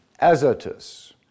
Azotus